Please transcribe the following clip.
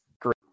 great